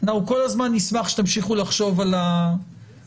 אנחנו כל הזמן נשמח שתמשיכו לחשוב על העניין